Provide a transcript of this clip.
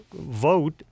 vote